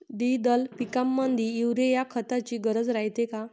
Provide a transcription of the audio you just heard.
द्विदल पिकामंदी युरीया या खताची गरज रायते का?